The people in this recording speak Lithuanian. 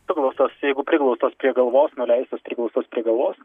suglaustos jeigu priglaustos prie galvos nuleistos priglaustos prie galvos